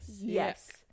yes